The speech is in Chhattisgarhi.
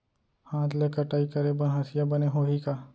हाथ ले कटाई करे बर हसिया बने होही का?